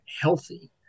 healthy